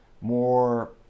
more